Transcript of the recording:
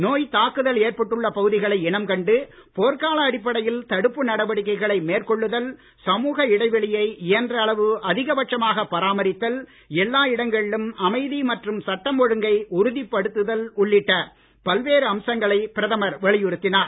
நோய்த் தாக்குதல் ஏற்பட்டுள்ள பகுதிகளை இனம் கண்டு போர்க்கால அடிப்படையில் தடுப்பு நடவடிக்கைகளை மேற்கொள்ளுதல் சமூக இடைவெளியை இயன்ற அளவு அதிகபட்சமாக பராமரித்தல் எல்லா இடங்களிலும் அமைதி மற்றும் சட்டம் ஒழுங்கை உறுதிப் படுத்துதல் உள்ளிட்ட பல்வேறு அம்சங்களை பிரதமர் வலியுறுத்தினார்